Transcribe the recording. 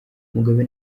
mugabe